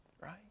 right